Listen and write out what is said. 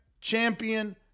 champion